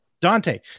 Dante